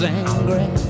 angry